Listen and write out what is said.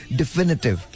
definitive